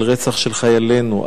על רצח של חיילינו,